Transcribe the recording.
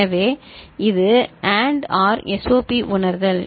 எனவே இது AND OR SOP உணர்தல்